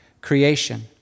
creation